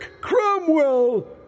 Cromwell